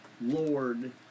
Lord